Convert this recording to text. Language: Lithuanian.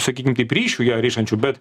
sakykim kaip ryšiu ją rišančių bet